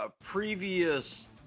previous